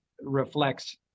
reflects